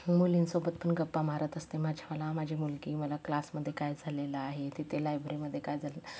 मुलींसोबत पण गप्पा मारत असते माझ्या मला माझी मुलगी मला क्लासमध्ये काय झालेलं आहे तिथे लायब्ररीमध्ये काय झालं